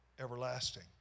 everlasting